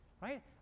right